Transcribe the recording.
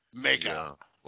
makeup